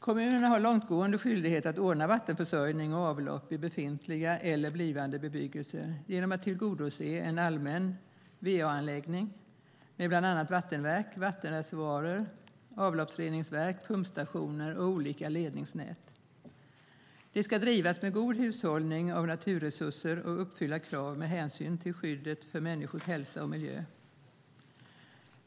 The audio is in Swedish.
Kommunerna har långtgående skyldighet att ordna vattenförsörjning och avlopp i befintlig eller blivande bebyggelse genom att tillhandhålla en allmän VA-anläggning med bland annat vattenverk, vattenreservoarer, avloppsreningsverk, pumpstationer och olika ledningsnät. De ska drivas med god hushållning av naturresurser och uppfylla krav med hänsyn till skyddet för människors hälsa och miljön.